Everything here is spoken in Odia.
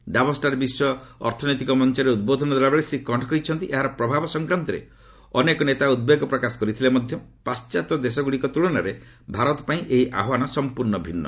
ଡାଭୋସ୍ଠାରେ ବିଶ୍ୱ ଅର୍ଥନୈତିକ ମଞ୍ଚରେ ଉଦ୍ବୋଧନ ଦେଲାବେଳେ ଶ୍ରୀ କଣ୍ଠ କହିଛନ୍ତି ଏହାର ପ୍ରଭାବ ସଂକ୍ରାନ୍ତରେ ଅନେକ ନେତା ଉଦ୍ବେଗ ପ୍ରକାଶ କରିଥିଲେ ମଧ୍ୟ ପାଶ୍ଚାତ୍ୟ ଦେଶଗୁଡ଼ିକ ତୁଳନାରେ ଭାରତ ପାଇଁ ଏହି ଆହ୍ୱାନ ସମ୍ପୂର୍ଣ୍ଣ ଭିନ୍ନ